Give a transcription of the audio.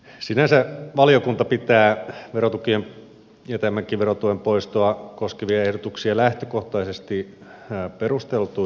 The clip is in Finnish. sinänsä valiokunta pitää verotukien ja tämänkin verotuen poistoa koskevia ehdotuksia lähtökohtaisesti perusteltuina